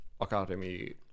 Academy